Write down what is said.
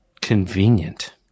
convenient